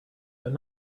but